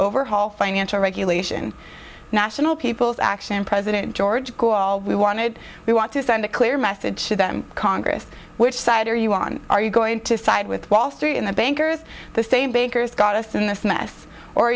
overhaul financial regulation national people's action president george go all we wanted we want to send a clear message to them congress which side are you on are you going to side with wall street and the bankers the same bankers got us in this mess or